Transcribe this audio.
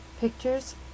pictures